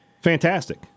Fantastic